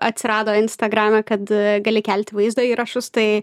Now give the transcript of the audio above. atsirado instagrame kad gali kelti vaizdo įrašus tai